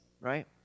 right